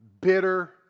bitter